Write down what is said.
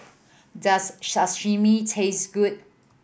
does Sashimi taste good